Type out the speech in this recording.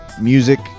music